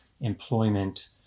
employment